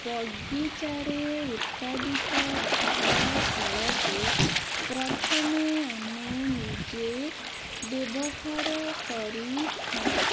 ବଗିଚାରେ ଉତ୍ପାଦିତ ଫୁଲଫଳକୁ ପ୍ରଥମେ ଆମେ ନିଜେ ବ୍ୟବହାର କରିଥାଉ